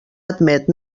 admet